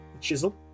Chisel